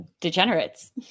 Degenerates